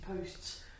posts